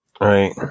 Right